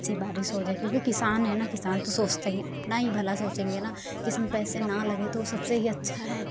ऐसे ही बारिश हो जाए क्योंकि किसान है न किसान तो सोचते हैं अपना ही भला सोचेंगे न कि इसमें पैसे न लगे तो सबसे ही अच्छा है